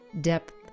depth